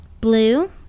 Blue